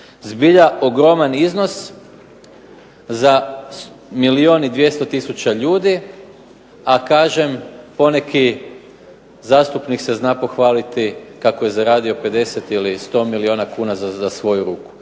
Zbilja ogroman iznos, za milijun i 200 tisuća ljudi a kažem poneki zastupnik se zna pohvaliti kako je zaradio 50 ili 100 milijuna kuna za svoju ruku.